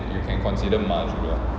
you can consider maju lah